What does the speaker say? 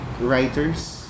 writers